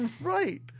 right